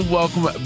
welcome